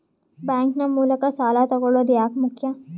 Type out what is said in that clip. Bank ನ ಮೂಲಕ ಸಾಲ ತಗೊಳ್ಳೋದು ಯಾಕ ಮುಖ್ಯ?